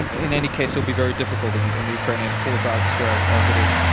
in any case, it'll be very difficult and in the ukrainian public atmosphere as as it is.